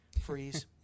freeze